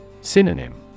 Synonym